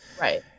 right